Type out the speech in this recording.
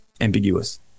ambiguous